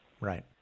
Right